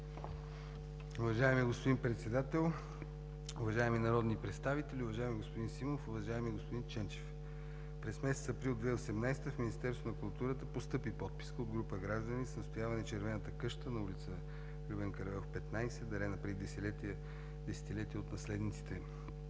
Уважаеми господин Председател, уважаеми народни представители! Уважаеми господин Симов, уважаеми господин Ченчев, през месец април 2018 г. в Министерството на културата постъпи подписка от група граждани с настояване „Червената къща“ на улица „Любен Каравелов“ № 15, дарена преди десетилетия от наследниците на